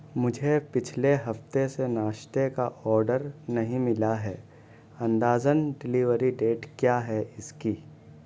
مجھے پچھلے ہفتے سے ناشتے کا آڈر نہیں ملا ہے اندازاً ڈیلیوری ڈیٹ کیا ہے اس کی